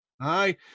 Aye